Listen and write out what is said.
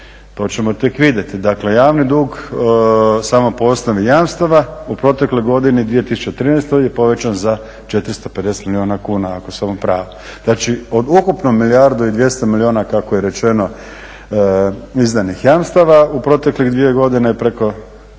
to ćemo tek vidjeti. Dakle, javni dug samo po osnovi jamstava u protekloj godini 2013. je povećan za 450 milijuna kuna ako sam u pravu. Znači, od ukupno milijardu i 200 milijuna kako je rečeno izdanih jamstava u proteklih 2 godine je preko